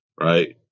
right